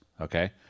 okay